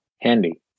handy